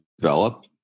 develop